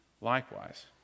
likewise